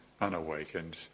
unawakened